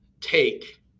take